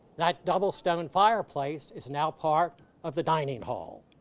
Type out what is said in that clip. that double stone fireplace is now part of the dining hall.